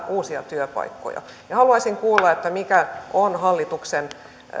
uusia työpaikkoja haluaisin kuulla mikä on hallituksen